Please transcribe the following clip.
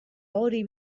hori